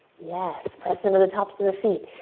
yes, press into the tops of the feet,